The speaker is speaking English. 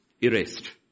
Erased